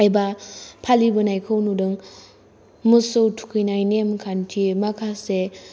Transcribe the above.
एबा फालिबोनायखौ नुदों मोसौ थुखैनाय नेमखान्थि माखासे